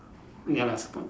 ya lah support